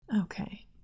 Okay